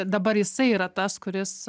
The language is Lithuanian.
dabar jisai yra tas kuris